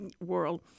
world